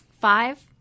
Five